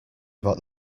about